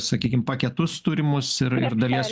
sakykim paketus turimus ir dalies jų atsisakyt